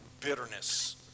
Bitterness